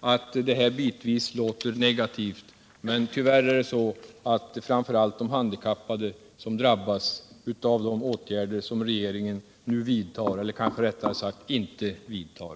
slutligen att det jag sagt bitvis kan synas negativt, men det är tyvärr så att det framför allt är de handikappade som drabbas av de åtgärder som regeringen nu vidtar eller, kanske rättare sagt, inte vidtar.